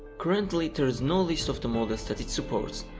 currently, there is no list of the models that it supports,